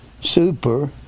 super